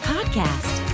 Podcast